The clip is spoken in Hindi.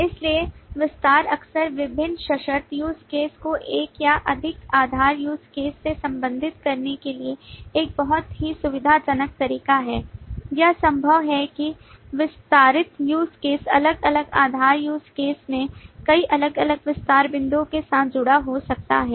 इसलिए विस्तार अक्सर विभिन्न सशर्त use cases को एक या अधिक आधार use cases से संबंधित करने के लिए एक बहुत ही सुविधाजनक तरीका है यह संभव है कि एक ही विस्तारित use caseअलग अलग आधार use cases में कई अलग अलग विस्तार बिंदुओं के साथ जुड़ा हो सकता है